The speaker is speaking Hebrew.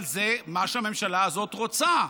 אבל זה מה שהממשלה הזאת רוצה: